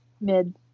Mid